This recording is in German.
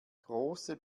große